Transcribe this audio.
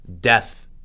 death